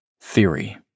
Theory